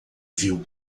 viu